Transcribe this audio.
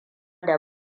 da